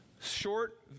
Short